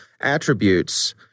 attributes